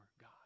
God